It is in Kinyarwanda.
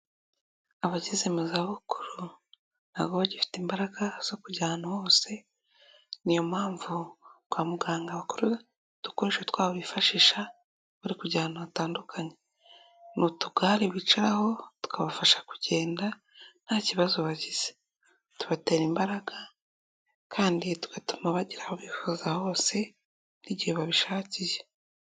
Abageze mu zabukuru ntabwo baba bagifite imbaraga zo kujya ahantu hose, niyo mpamvu kwa muganga bakora udukoresho twabo bifashisha bari kujya ahantu hatandukanye, mu tugare bicaraho tukabafasha kugenda nta kibazo bagize, tubatera imbaraga kandi tugatuma bagera aho bifuza bose n'igihe babishakiye,.